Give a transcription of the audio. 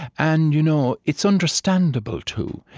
and you know it's understandable too,